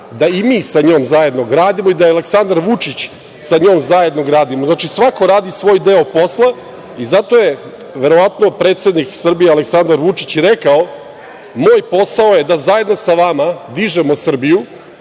da i mi sa njom gradimo i da Aleksandar Vučić zajedno sa njom gradi. Znači, svako radi svoj deo posla i zato je verovatno predsednik Srbije Aleksandar Vučić i rekao - moj posao je da zajedno sa vama dižemo Srbiju,